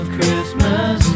Christmas